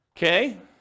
Okay